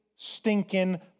Stinking